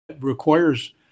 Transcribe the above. requires